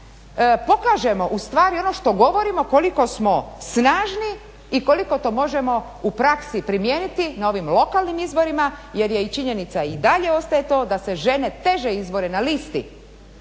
pokažemo ustvari ono što govorimo koliko smo snažni i koliko to možemo u praksi primijeniti na ovim lokalnim izborima jer činjenica i dalje ostaje to da se žene teže izbore na listi